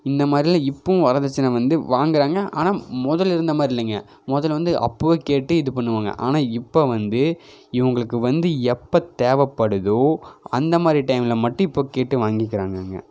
இந்த மாதிரிலாம் இப்பவும் வரதட்சணை வந்து வாங்கிறாங்க ஆனால் முதல்ல இருந்த மாதிரி இல்லைங்க முதல்ல வந்து அப்போவே கேட்டு இது பண்ணுவாங்க ஆனால் இப்போ வந்து இவங்களுக்கு வந்து எப்போ தேவைப்படுதோ அந்த மாதிரி டைமில் மட்டும் இப்போ கேட்டு வாங்கிக்கிறாங்கங்க